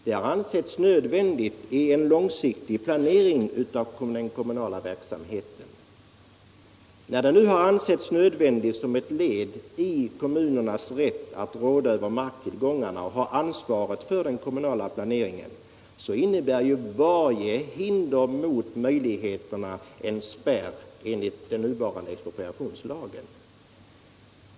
Det har ansetts nödvändigt för den långsiktiga planeringen av den kommunala — Expropriationslaverksamheten, som ett led i kommunernas rätt att råda över marktill — gen och förköpslagångarna och deras ansvar för den kommunala planeringen. Det innebär — gen, m.m. att varje hinder mot dessa möjligheter utgör en spärr enligt den nuvarande expropriationslagen.